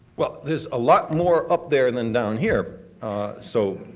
well, there's a lot more up there than down here so,